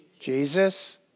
Jesus